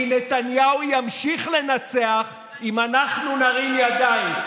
כי נתניהו ימשיך לנצח אם אנחנו נרים ידיים,